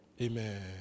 Amen